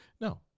No